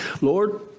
Lord